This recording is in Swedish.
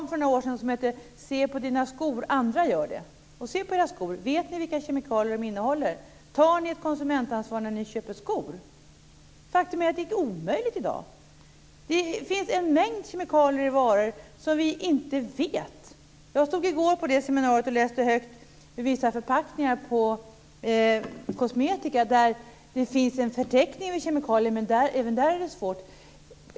För några år sedan hette det i reklamen: Se på dina skor. Andra gör det. Se på era skor! Vet ni vilka kemikalier de innehåller? Tar ni ett konsumentansvar när ni köper skor? Faktum är att det i dag är omöjligt. Det finns en mängd kemikalier i varorna som vi inte känner till. I går på seminariet läste jag högt vad som står på vissa kosmetikaförpackningar. Det finns en förteckning över kemikalier men även det är svårt.